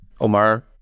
Omar